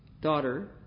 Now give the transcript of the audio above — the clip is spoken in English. daughter